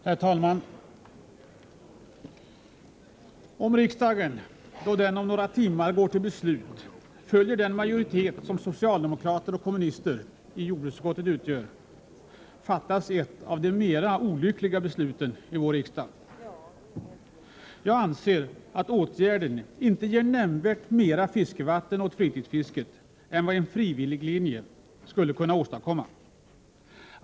Herr talman! Om riksdagen, då den om några timmar går till beslut följer den majoritet som socialdemokrater och kommunister i jordbruksutskottet utgör, fattas ett av de mera olyckliga besluten i vår riksdag. Jag anser att åtgärden inte ger nämnvärt mera fiskevatten åt fritidsfisket än vad en frivilliglinje skulle kunna åstadkomma.